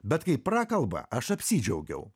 bet kai prakalba aš apsidžiaugiau